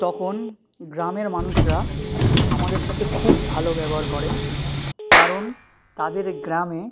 তখন গ্রামের মানুষরা আমাদের সাথে খুব ভালো ব্যবহার করেন কারণ তাদের গ্রামে